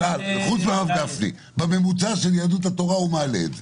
כמה עולה בקבוק מים במסעדה בבריטניה וכמה עולה בישראל?